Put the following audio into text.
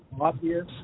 obvious